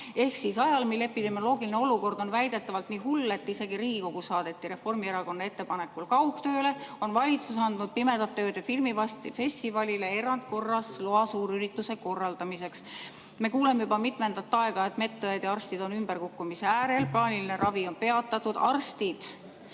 selged. Ajal, mil epidemioloogiline olukord on väidetavalt nii hull, et isegi Riigikogu saadeti Reformierakonna ettepanekul kaugtööle, on valitsus andnud Pimedate Ööde filmifestivalile erandkorras loa suurürituse korraldamiseks.Me kuuleme juba pikemat aega, et medõed ja arstid on ümberkukkumise äärel, plaaniline ravi on peatatud, arstid